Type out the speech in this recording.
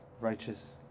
Righteous